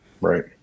Right